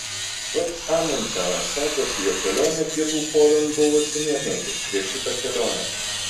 pats amundsenas sakosi jo kelionė pietų poliun buvusi niekniekis prieš šitą kelionę